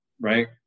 right